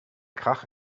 krach